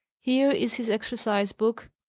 here is his exercise-book,